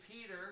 Peter